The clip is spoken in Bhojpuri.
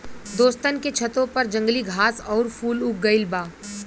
दोस्तन के छतों पर जंगली घास आउर फूल उग गइल बा